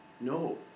No